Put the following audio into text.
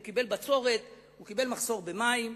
הוא קיבל בצורת, הוא קיבל בצורת במים,